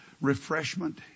refreshment